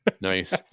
Nice